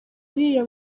iriya